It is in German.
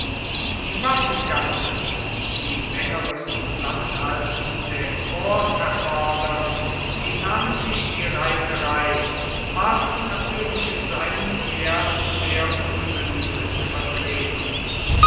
die waffengattungen die längeres zusammenhalten der korps erfordern wie namentlich die reiterei waren natürlich in seinem heer sehr ungenügend vertreten